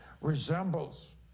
resembles